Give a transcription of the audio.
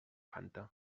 fanta